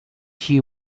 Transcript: she